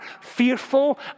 fearful